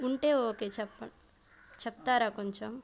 ఉంటే ఓకే చెప్పం చెప్తారా కొంచెం